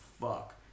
fuck